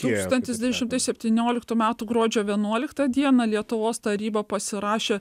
tūkstantis devyni šimtai septynioliktų metų gruodžio vienuoliktą dieną lietuvos taryba pasirašė